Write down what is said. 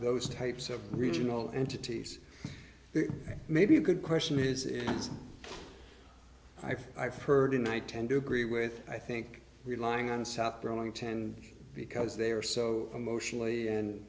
those types of regional entities maybe a good question is i think i've heard and i tend to agree with i think relying on south burlington because they are so emotionally and